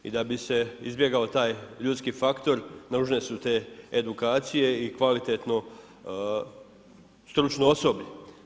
I da bi se izbjegao ljudski faktor nužne su te edukacije i kvalitetno stručno osoblje.